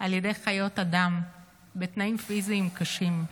על ידי חיות אדם בתנאים פיזיים קשים,